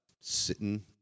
sitting